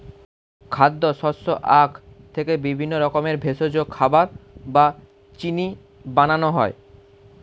খাদ্য, শস্য, আখ থেকে বিভিন্ন রকমের ভেষজ, খাবার বা চিনি বানানো হয়